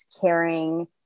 caring